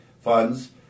funds